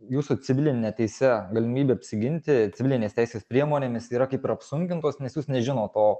jūsų civiline teise galimybė apsiginti civilinės teisės priemonėmis yra kaip ir apsunkintos nes jūs nežinot to